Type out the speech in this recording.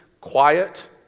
quiet